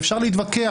אפשר להתווכח,